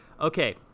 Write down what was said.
okay